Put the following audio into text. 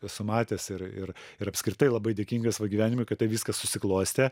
esu matęs ir ir ir apskritai labai dėkingas savo gyvenimui kad taip viskas susiklostė